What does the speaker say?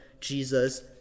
Jesus